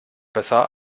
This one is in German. besser